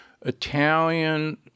Italian